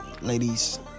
ladies